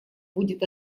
будет